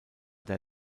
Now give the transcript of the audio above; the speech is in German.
der